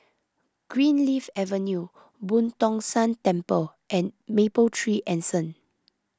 Greenleaf Avenue Boo Tong San Temple and Mapletree Anson